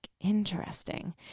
interesting